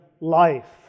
life